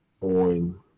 on